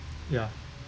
ya